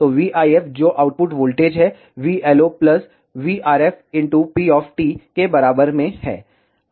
तो VIF जो output voltage है VLO प्लस VRF p के बराबर में है